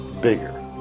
bigger